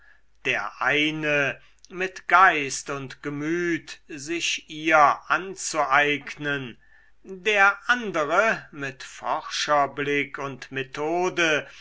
der eine mit geist und gemüt sich ihr anzueignen der andere mit forscherblick und methode